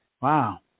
Wow